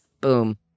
Boom